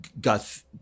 got